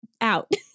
out